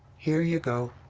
here you go.